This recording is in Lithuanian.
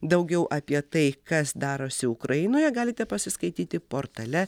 daugiau apie tai kas darosi ukrainoje galite pasiskaityti portale